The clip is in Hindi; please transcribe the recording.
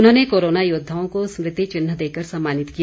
उन्होंने कोरोना योद्वाओं को स्मृति चिन्ह देकर सम्मानित किया